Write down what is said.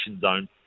zone